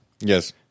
Yes